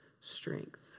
strength